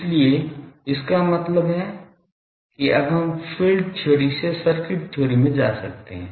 इसलिए इसका मतलब है कि अब हम फील्ड थ्योरी से सर्किट थ्योरी में जा सकते हैं